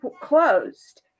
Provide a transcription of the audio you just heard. closed